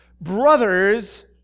brothers